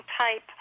type